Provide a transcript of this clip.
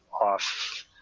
off